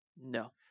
No